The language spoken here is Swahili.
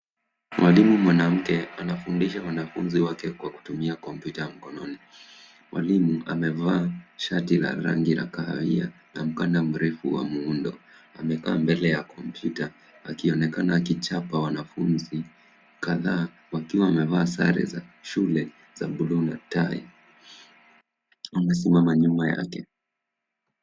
Mwalimu mwanamke anafundisha wanafunzi wake kwa kutumia kompyuta ya mkononi, mwalimu amevaa shati la rangi la kahawia na mkanda mrefu wa muundo. Amekaa mbele ya kompyuta, akionekana akichapa wanafunzi kadhaa wakiwa wamevaa sare za shule za buluu na tai, wamesimama nyuma yake.